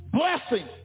blessing